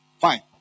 Fine